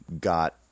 got